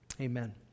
amen